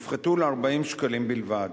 הופחתו ל-40 שקלים בלבד,